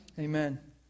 Amen